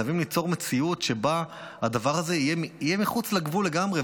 חייבים ליצור מציאות שבה הדבר הזה יהיה מחוץ לגבול לגמרי.